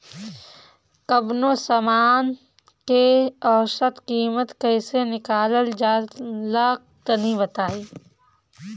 कवनो समान के औसत कीमत कैसे निकालल जा ला तनी बताई?